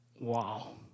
Wow